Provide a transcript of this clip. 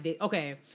Okay